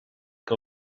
que